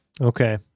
Okay